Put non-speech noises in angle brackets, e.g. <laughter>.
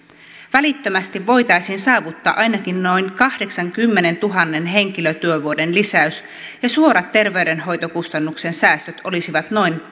välittömästi voitaisiin saavuttaa ainakin noin kahdeksankymmenentuhannen henkilötyövuoden lisäys ja suorat terveydenhoitokustannusten säästöt olisivat noin <unintelligible>